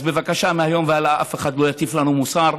אז בבקשה, מהיום והלאה שאף אחד לא יטיף לנו מוסר.